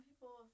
people